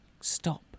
stop